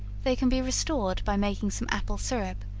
they can be restored by making some apple syrup,